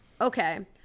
Okay